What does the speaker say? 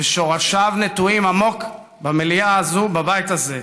ושורשיו נטועים עמוק במליאה הזאת, בבית הזה.